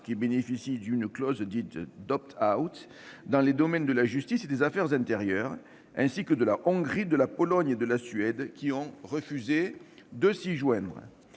qui bénéficient d'une clause dite d'« » dans les domaines de la justice et des affaires intérieures, ainsi que de la Hongrie, de la Pologne et de la Suède, qui ont refusé de s'y joindre.